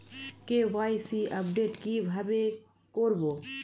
KYC update কি ভাবে করবো?